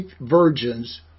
virgins